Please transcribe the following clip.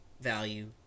value